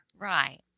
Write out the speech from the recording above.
right